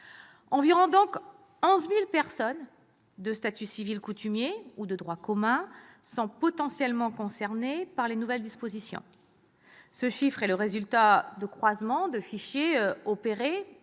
Environ 11 000 personnes, de statut civil coutumier ou de droit commun, sont potentiellement concernées par les nouvelles dispositions. Ce chiffre résulte de croisement de fichiers opéré